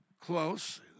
close